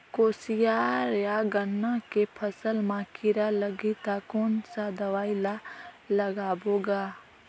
कोशियार या गन्ना के फसल मा कीरा लगही ता कौन सा दवाई ला लगाबो गा?